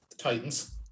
Titans